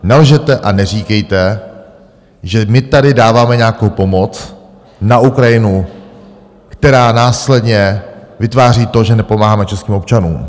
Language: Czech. Nelžete a neříkejte, že my tady dáváme nějakou pomoc na Ukrajinu, která následně vytváří to, že nepomáháme českým občanům.